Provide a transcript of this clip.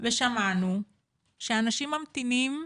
ושמענו שאנשים ממתינים,